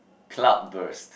cloudburst